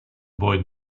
boy